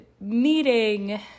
meeting